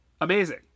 amazing